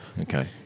Okay